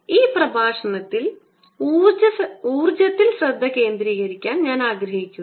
ഈ പ്രഭാഷണത്തിൽ ഊർജ്ജത്തിൽ ശ്രദ്ധ കേന്ദ്രീകരിക്കാൻ ഞാൻ ആഗ്രഹിക്കുന്നു